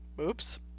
oops